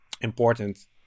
important